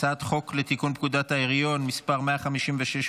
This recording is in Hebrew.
הצעת חוק לתיקון פקודת העיריות (מס' 156,